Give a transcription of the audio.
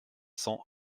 cents